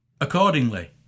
Accordingly